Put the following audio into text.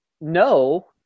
no